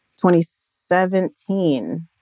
2017